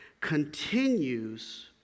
continues